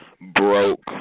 broke